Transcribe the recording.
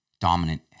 dominant